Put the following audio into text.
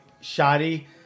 shoddy